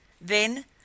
Then